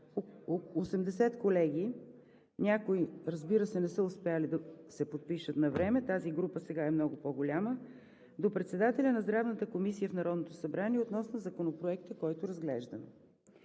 80 колеги, някои, разбира се, не са успели да се подпишат навреме, тази група сега е много по-голяма, до председателя на Здравната комисия в Народното събрание относно Законопроекта, който разглеждаме.